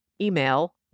email